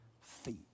feet